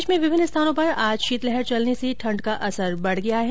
प्रदेश में विभिन्न स्थानों पर आज शीतलहर चलने से ठंड का असर बढ़ गया है